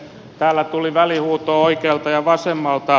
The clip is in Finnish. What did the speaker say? täällä tuli välihuutoja oikealta ja vasemmalta